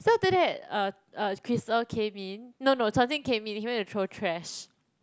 so after that uh uh Crystal came in no no Quan-Qing came in he went to throw trash